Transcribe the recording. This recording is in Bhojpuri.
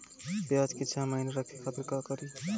प्याज के छह महीना रखे खातिर का करी?